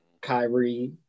Kyrie